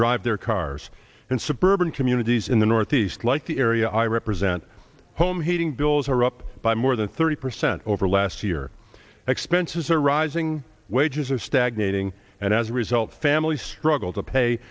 drive their cars and suburban communities in the northeast like the area i represent home heating bills are up by more than thirty percent over last year expenses are rising wages are stagnating and as a result families struggle to pay